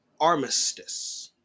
armistice